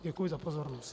Děkuji za pozornost.